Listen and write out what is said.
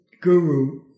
guru